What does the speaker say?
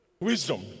Wisdom